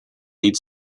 lead